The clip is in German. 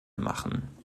machen